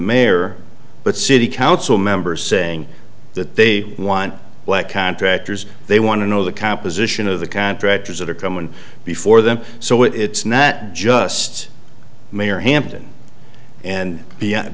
mayor but city council members saying that they want black contractors they want to know the composition of the contractors that are coming before them so it's not just mayor hampton and beyond